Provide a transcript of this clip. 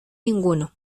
ninguno